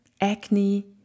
acne